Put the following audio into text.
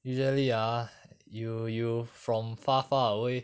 usually ah you you from far far away